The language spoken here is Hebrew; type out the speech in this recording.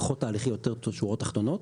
פחות תהליכי ויותר שורות תחתונות.